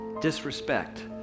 disrespect